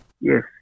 Yes